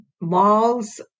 malls